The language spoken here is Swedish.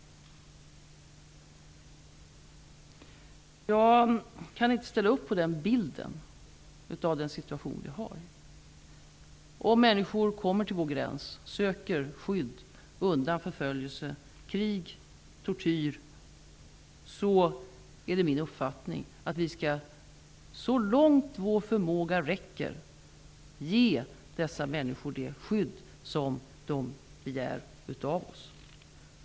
Jag kan inte ställa upp på den bilden av situationen. Om människor kommer till vår gräns och söker skydd undan förföljelse, krig och tortyr är det min uppfattning att vi så långt vår förmåga räcker skall ge dessa människor det skydd som de begär av oss.